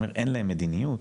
אין להם מדיניות,